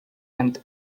and